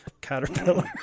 Caterpillar